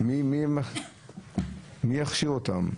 מי יכשיר אותם?